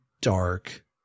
dark